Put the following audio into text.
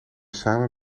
samen